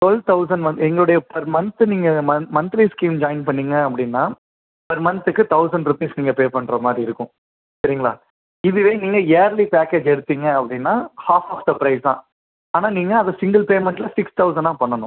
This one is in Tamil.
ட்வெல் தொளசண்ட் வந்து எங்களுடைய பர் மன்த் நீங்கள் மன்திலி ஸ்கீம் ஜாயின் பண்ணீங்க அப்படினா பர் மன்த்துக்கு தொளசண்ட் ருப்பீஸ் நீங்கள் பே பண்ணுற மாதிரி இருக்கும் சரிங்களா இதுவே நீங்கள் இயர்லி பேக்கேஜ் எடுத்தீங்க அப்படினா ஆஃப் ஆஃப் தி ப்ரைஸ் தான் ஆனால் நீங்கள் அதை சிங்கில் பேமன்டில் சிக்ஸ் தொளசண்ட்னாக பண்ணணும்